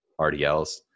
RDLs